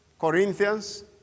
Corinthians